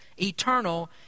eternal